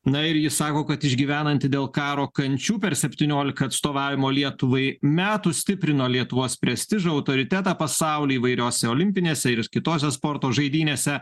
na ir ji sako kad išgyvenanti dėl karo kančių per septyniolika atstovavimo lietuvai metų stiprino lietuvos prestižą autoritetą pasauly įvairiose olimpinėse ir kitose sporto žaidynėse